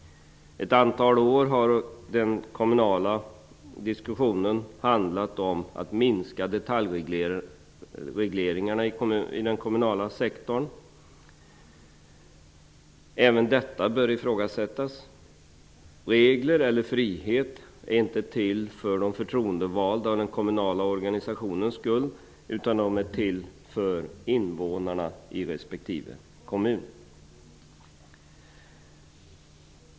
Ett antal år har den kommunala diskussionen handlat om att minska detaljregleringarna i den kommunala sektorn. Även detta bör ifrågasättas. Regler eller frihet är inte till för de förtroendevaldas och den kommunala organisationens skull, utan de är till för invånarna i respektive kommun.